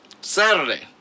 Saturday